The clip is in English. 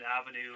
avenue